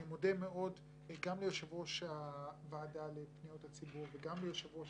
אני מודה מאוד גם ליושב ראש הוועדה לפניות הציבור וגם ליושב ראש